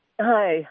hi